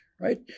right